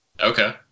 Okay